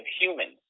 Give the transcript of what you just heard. humans